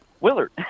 Willard